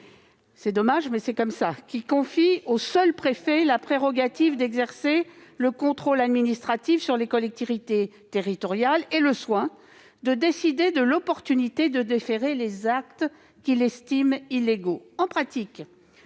est contraire à la Constitution, laquelle confie aux seuls préfets la prérogative d'exercer le contrôle administratif sur les collectivités territoriales et le soin de décider de l'opportunité de déférer les actes qu'ils estiment illégaux. En pratique,